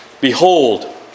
Behold